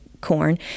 corn